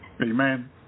Amen